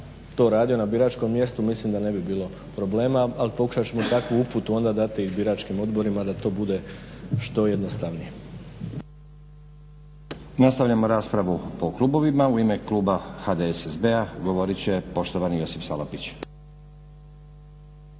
to radio na biračkom mjestu mislim da ne bi bilo problema, ali pokušat ćemo takvu uputu onda dati i biračkim odborima da to bude što jednostavnije. **Stazić, Nenad (SDP)** Nastavljamo raspravu po klubovima. U ime kluba HDSSB-a govorit će poštovani Josip Salapić.